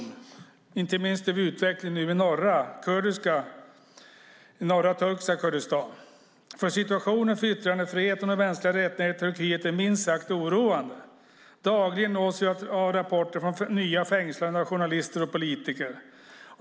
Det gäller inte minst utvecklingen i norra turkiska Kurdistan. Situationen för yttrandefriheten och mänskliga rättigheter i Turkiet är minst sagt oroande. Dagligen nås vi av rapporter om nya fängslanden av journalister och politiker.